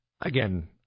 again